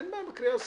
אין בעיה.